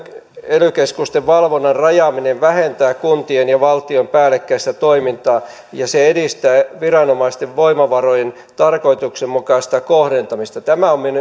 ely keskusten valvonnan rajaaminen vähentää kuntien ja valtion päällekkäistä toimintaa ja se edistää viranomaisten voimavarojen tarkoituksenmukaista kohdentamista tämä on